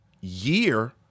year